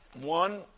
one